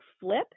flip